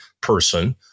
person